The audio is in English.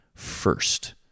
first